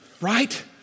Right